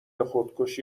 خودکشی